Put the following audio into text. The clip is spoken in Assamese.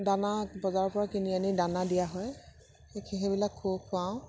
দানা বজাৰৰ পৰা কিনি আনি দানা দিয়া হয়েই সেইবিলাক খুৱাওঁ